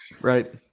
Right